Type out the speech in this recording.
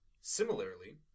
Similarly